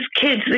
kids